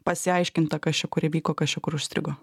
pasiaiškinta kas čia kur įvyko kas čia kur užstrigo